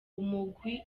umugwi